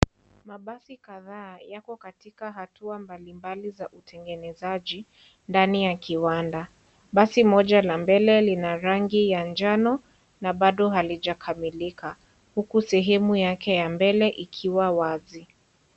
Mabasi kadhaa yako katika hatua mbali mbali za utengenezaji, ndani ya kiwanja. Basi moja la mbele lina rangi ya njano, na bado halijakamilika huku sehemu yake ya mbele ikiwa wazi.